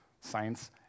science